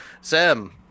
Sam